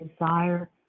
desire